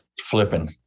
flipping